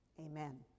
Amen